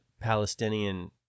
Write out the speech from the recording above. Palestinian